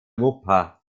wupper